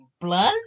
blood